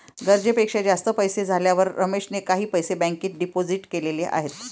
गरजेपेक्षा जास्त पैसे झाल्यावर रमेशने काही पैसे बँकेत डिपोजित केलेले आहेत